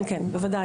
כן, כן, בוודאי.